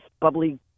bubbly